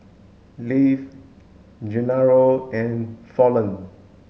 Leif Gennaro and Fallon